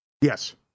Yes